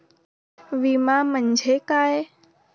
विमा म्हणजे काय?